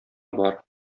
бар